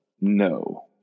No